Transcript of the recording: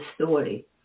story